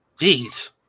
Jeez